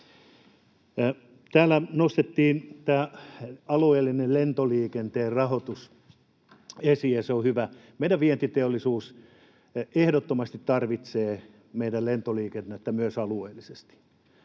Täällä nostettiin esiin tämä alueellisen lentoliikenteen rahoitus, ja se on hyvä. Meidän vientiteollisuutemme ehdottomasti tarvitsee meidän lentoliikennettämme myös alueellisesti.